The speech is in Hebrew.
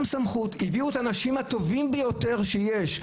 וגם סמכות, הביאו את האנשים הטובים ביותר שיש.